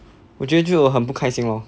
我觉得就有很不开心 lor